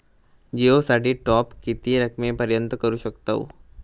जिओ साठी टॉप किती रकमेपर्यंत करू शकतव?